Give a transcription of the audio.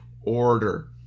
order